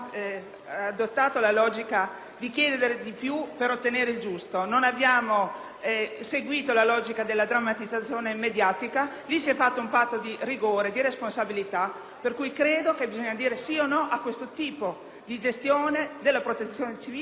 abbiamo seguito la logica della drammatizzazione mediatica. Si è fatto un patto di rigore, di responsabilità, per cui credo che bisogna dire sì o no a questo tipo di gestione della protezione civile e degli interventi in caso di danno. Questo è stato un evento esteso e molto profondo, che fa